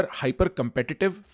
hyper-competitive